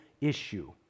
issue